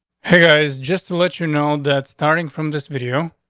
hey, guys, just to let you know that starting from this video,